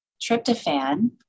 tryptophan